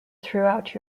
throughout